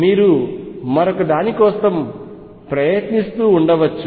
మీరు మరొక దాని కోసం ప్రయత్నిస్తూ ఉండవచ్చు